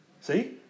See